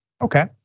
okay